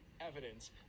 evidence